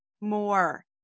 more